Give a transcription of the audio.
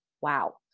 wow